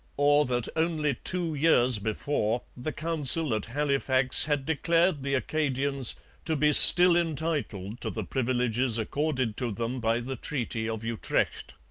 or that only two years before the council at halifax had declared the acadians to be still entitled to the privileges accorded to them by the treaty of utrecht.